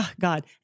God